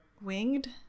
winged